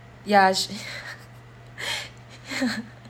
ya sh~